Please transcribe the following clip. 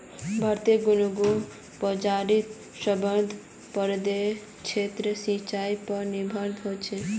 भारतोत गेहुंर उपाजेर संतानबे प्रतिशत क्षेत्र सिंचाई पर निर्भर करोह